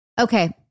Okay